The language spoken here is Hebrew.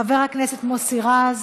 חבר הכנסת מוסי רז,